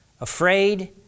afraid